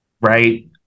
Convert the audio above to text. right